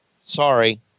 sorry